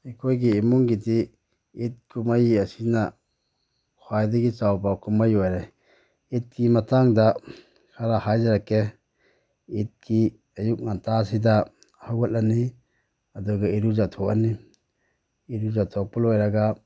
ꯑꯩꯈꯣꯏꯒꯤ ꯏꯃꯨꯡꯒꯤꯗꯤ ꯏꯠ ꯀꯨꯝꯍꯩ ꯑꯁꯤꯅ ꯈ꯭ꯋꯥꯏꯗꯒꯤ ꯆꯥꯎꯕ ꯀꯨꯝꯍꯩ ꯑꯣꯏꯔꯦ ꯏꯠꯀꯤ ꯃꯇꯥꯡꯗ ꯈꯔ ꯍꯥꯏꯖꯔꯛꯀꯦ ꯏꯠꯀꯤ ꯑꯌꯨꯛ ꯉꯟꯇꯥꯁꯤꯗ ꯍꯧꯒꯠꯂꯅꯤ ꯑꯗꯨꯒ ꯏꯔꯨ ꯖꯊꯣꯛꯑꯅꯤ ꯏꯔꯨꯖꯊꯣꯛꯄ ꯂꯣꯏꯔꯒ